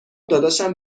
داداشم